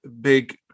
big